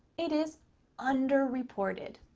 it is under-reported.